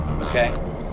okay